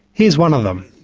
here's one of them.